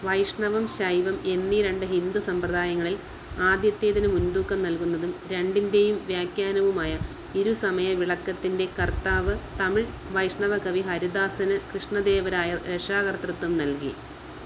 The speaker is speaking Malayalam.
വൈഷ്ണവം ശൈവം എന്നീ രണ്ട് ഹിന്ദു സമ്പ്രദായങ്ങളില് ആദ്യത്തേതിന് മുന്തൂക്കം നല്കുന്നതും രണ്ടിന്റെയും വ്യാഖ്യാനവുമായ ഇരുസമയവിളക്കത്തിന്റെ കര്ത്താവ് തമിഴ് വൈഷ്ണവ കവി ഹരിദാസന് കൃഷ്ണദേവരായര് രക്ഷാകര്തൃത്വം നല്കി